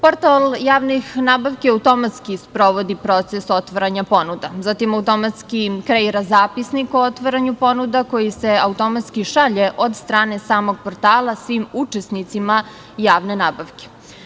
Portal javnih nabavki automatski sprovodi proces otvaranja ponuda, zatim automatski kreira zapisnik o otvaranju ponuda koji se automatski šalje od strane samog portala svim učesnicima javne nabavke.